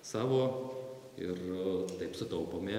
savo ir taip sutaupome